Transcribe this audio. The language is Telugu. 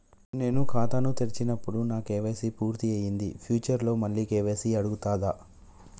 నేను ఖాతాను తెరిచినప్పుడు నా కే.వై.సీ పూర్తి అయ్యింది ఫ్యూచర్ లో మళ్ళీ కే.వై.సీ అడుగుతదా?